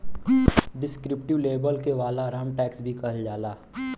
descriptive label के वालाराम tax भी कहल जाला